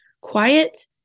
quiet